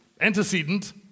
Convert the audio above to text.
Antecedent